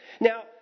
Now